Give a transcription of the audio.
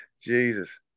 Jesus